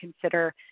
consider